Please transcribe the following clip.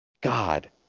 God